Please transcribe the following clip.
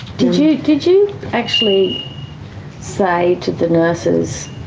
did you did you actually say to the nurses,